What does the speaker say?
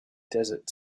desert